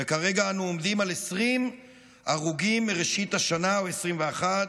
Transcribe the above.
וכרגע אנו עומדים על 20 הרוגים מראשית השנה או 21,